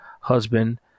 husband